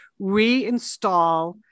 reinstall